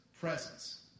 presence